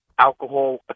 Alcohol